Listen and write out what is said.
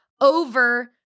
over